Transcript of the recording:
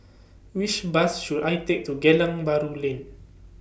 Which Bus should I Take to Geylang Bahru Lane